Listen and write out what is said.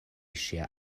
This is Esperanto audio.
ŝia